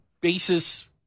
basis